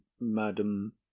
madam